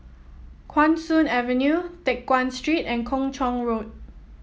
Guan Soon Avenue Teck Guan Street and Kung Chong Road